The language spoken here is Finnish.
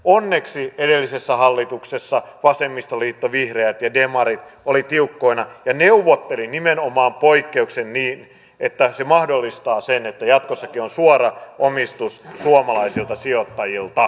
onneksi edellisessä hallituksessa vasemmistoliitto vihreät ja demarit olivat tiukkoina ja neuvottelivat nimenomaan poikkeuksen niin että se mahdollistaa sen että jatkossakin on suora omistus suomalaisilta sijoittajilta